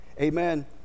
Amen